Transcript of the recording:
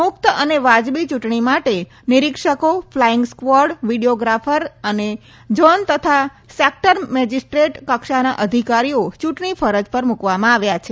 મુક્ત અને વાજબી ચૂંટણી માટે નીરિક્ષકો ફલાઈંગ સ્કવોડ વીડિયોગ્રાફર અને ઝોન તથા સેક્ટર મેજિસ્ટ્રેટ કક્ષાના અધિકારીઓ ચ્રંટણી ફરજ પર મૂકવામાં આવ્યા છે